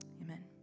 Amen